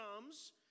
comes